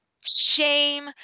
shame